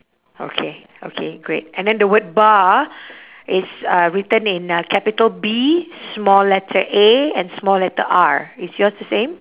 okay okay great and then the word bar is uh written in uh capital B small letter A and small letter R is yours the same